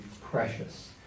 precious